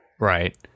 Right